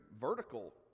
vertical